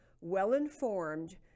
well-informed